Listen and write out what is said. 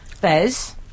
Bez